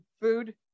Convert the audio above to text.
food